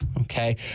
Okay